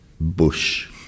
bush